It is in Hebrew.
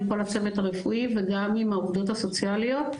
כל הצוות הרפואי וגם עם העובדות הסוציאליות.